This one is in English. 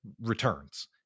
returns